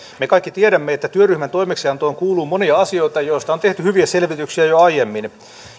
me kaikki tiedämme että työryhmän toimeksiantoon kuuluu monia asioita joista on tehty hyviä selvityksiä jo aiemmin